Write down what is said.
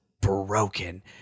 broken